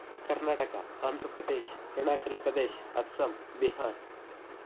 Karnataka Andhra Pradesh Arunachal Pradesh Assam Bihar